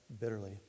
bitterly